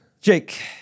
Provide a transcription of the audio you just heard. Jake